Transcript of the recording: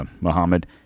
Muhammad